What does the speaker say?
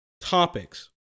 topics